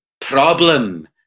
problem